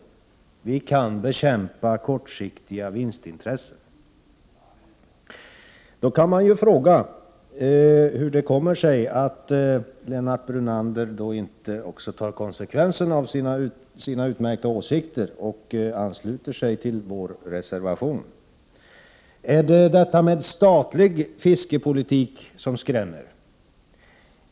Vi kan bekämpa kortsiktiga vinstintressen. Man kan fråga hur det kommer sig att Lennart Brunander inte tar konsekvenserna av sina utmärkta åsikter och ansluter sig till vår reservation. Ärdet detta med statlig fiskepolitik som skrämmer?